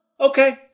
okay